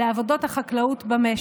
לעבודות החקלאות במשק.